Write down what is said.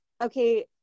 okay